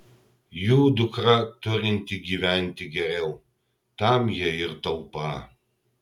jų dukra turinti gyventi geriau tam jie ir taupą